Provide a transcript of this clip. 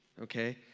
Okay